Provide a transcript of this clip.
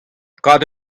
kaout